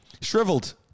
Shriveled